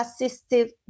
assistive